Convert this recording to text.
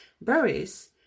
berries